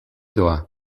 doa